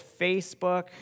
Facebook